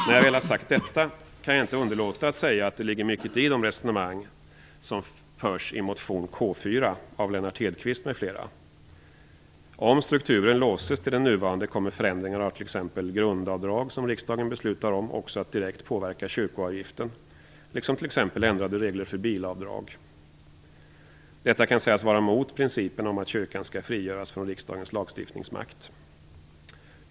När jag väl har sagt detta kan jag inte underlåta att säga att det ligger mycket i de resonemang som förs i motion K4 av Lennart Hedquist m.fl. Om strukturen låses till den nuvarande kommer förändringarna av t.ex. grundavdrag, som riksdagen beslutar om, också att direkt påverka kyrkoavgiften, liksom t.ex. ändrade regler för bilavdrag. Detta kan sägas vara mot principen att kyrkan skall frigöras från riksdagens lagstiftningsmakt.